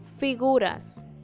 figuras